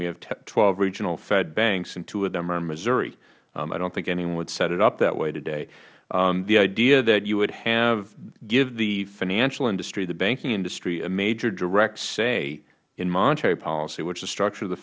we have twelve regional fed banks and two of them are in missouri i don't think anyone would set it up that way today the idea that you would give the financial industry the banking industry a major direct say in monetary policyh which the structure of the